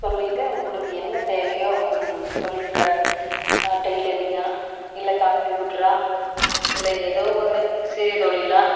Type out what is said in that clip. சொல்லிவிட்டு உங்களுக்கு என்ன தேவையோ தொழில் கடன் டெய்லரிங்கா இல்லை கம்ப்யூட்டரா இல்லை ஏதோ ஒன்று சிறு தொழில்